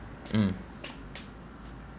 mm